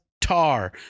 Tar